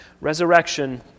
Resurrection